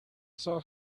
saw